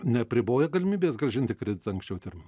neapriboja galimybės grąžinti kreditą anksčiau termino